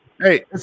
Hey